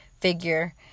figure